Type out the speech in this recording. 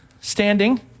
standing